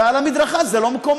ועל המדרכה, זה לא מקומה.